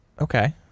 Okay